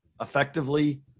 effectively